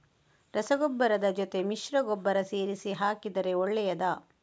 ರಸಗೊಬ್ಬರದ ಜೊತೆ ಮಿಶ್ರ ಗೊಬ್ಬರ ಸೇರಿಸಿ ಹಾಕಿದರೆ ಒಳ್ಳೆಯದಾ?